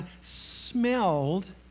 smelled